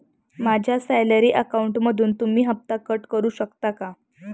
माझ्या सॅलरी अकाउंटमधून तुम्ही हफ्ता कट करू शकता का?